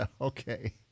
okay